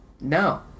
No